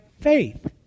faith